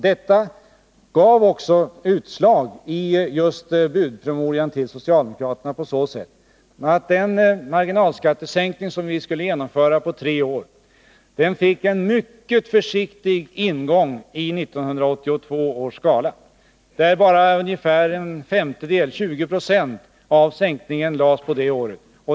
Det gav också utslag i budpromemorian till socialdemokraterna på så sätt att den marginalskattesänkning som vi skulle genomföra på tre år fick en mycket försiktig ingång i 1982 års skala. Bara en femtédel eller ungefär 20 96 lades på det året.